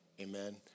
Amen